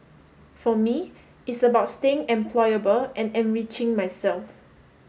for me it's about staying employable and enriching myself